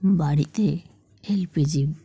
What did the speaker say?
বাড়িতে L P জি